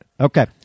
Okay